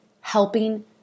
helping